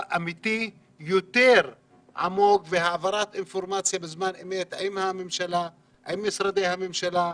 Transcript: אמיתי יותר עמוק והעברת אינפורמציה זמן אמת ממשרדי הממשלה.